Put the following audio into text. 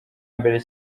mbere